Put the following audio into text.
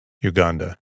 Uganda